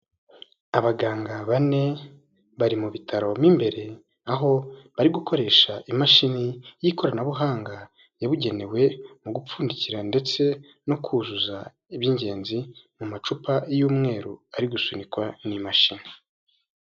Abaganga bane bari mu bitaro mo imbere, aho bari gukoresha imashini y'ikoranabuhanga yabugenewe, mu gupfundikira ndetse no kuzuza iby'ingenzi, mu macupa y'umweru, ari gusunikwa n'imashini.